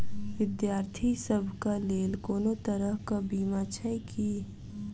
विद्यार्थी सभक लेल कोनो तरह कऽ बीमा छई की?